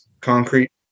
concrete